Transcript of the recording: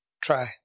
Try